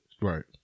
Right